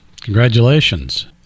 congratulations